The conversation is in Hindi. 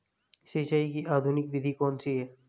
सिंचाई की आधुनिक विधि कौन सी है?